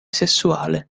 sessuale